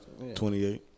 28